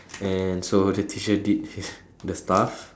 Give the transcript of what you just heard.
and so the teacher did his the stuff